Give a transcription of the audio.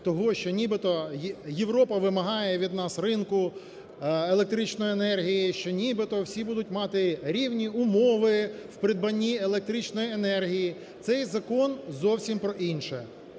того, що нібито Європа вимагає від нас ринку електричної енергії, що нібито всі будуть мати рівні умови у придбанні електричної енергії, цей закон зовсім про інше.